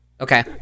Okay